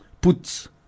puts